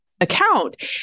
account